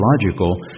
logical